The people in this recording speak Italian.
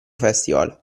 festival